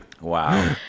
Wow